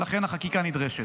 ולכן החקיקה נדרשת.